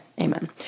Amen